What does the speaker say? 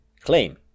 claim